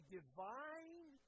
divine